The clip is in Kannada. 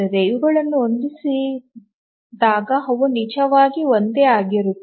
ಅವುಗಳನ್ನು ಹೊಂದಿಸಿದಾಗ ಅವು ನಿಜವಾಗಿ ಒಂದೇ ಆಗಿರುತ್ತವೆ